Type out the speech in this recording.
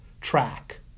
track